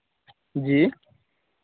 जी